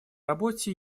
работе